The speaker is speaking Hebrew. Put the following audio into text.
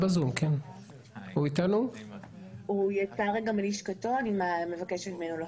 הוא יצא רגע מלשכתו, אני מבקשת ממנו לחזור.